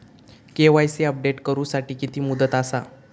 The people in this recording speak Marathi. के.वाय.सी अपडेट करू साठी किती मुदत आसा?